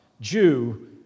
Jew